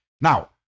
now